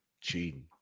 cheating